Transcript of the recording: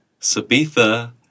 Sabitha